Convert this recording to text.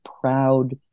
proud